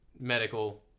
medical